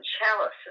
chalice